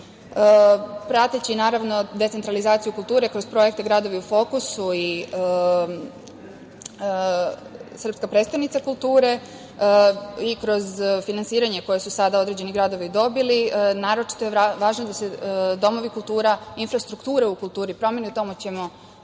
bespogovorna. Prateći decentralizaciju kulture kroz projekte „Gradovi u fokusu“ i „Srpska prestonica kulture“ i kroz finansiranje koje su sada određeni gradovi dobili, naročito je važno da se domovi kultura, infrastruktura u kulturi promeni, ali o tome ćemo